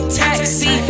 taxi